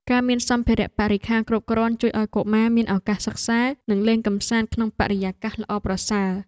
ការមានសម្ភារៈបរិក្ខារគ្រប់គ្រាន់ជួយឱ្យកុមារមានឱកាសសិក្សានិងលេងកម្សាន្តក្នុងបរិយាកាសល្អប្រសើរ។